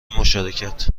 مشارکت